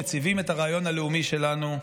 מציבים את הרעיון הלאומי שלנו,